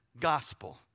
gospel